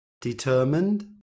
Determined